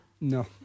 No